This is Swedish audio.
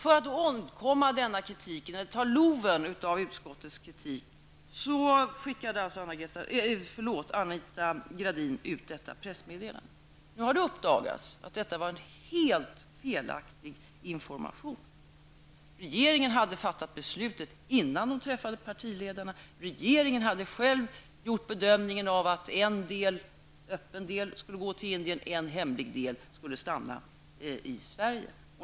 För att ta loven av utskottets kritik skickade alltså Anita Gradin ut detta pressmeddelande. Nu har det uppdagats att det innehöll en helt felaktig information. Regeringen hade fattat beslutet innan man träffade partiledarna. Regeringen hade själv gjort bedömningen att en öppen del av rapporten skulle gå till Indien och en hemlig del skulle stanna i Sverige.